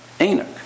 Enoch